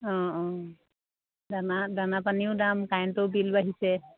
অঁ অঁ দানা দানা পানীও দাম কাৰেণ্টৰ বিল বাঢ়িছে